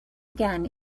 again